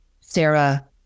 Sarah